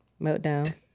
Meltdown